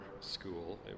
school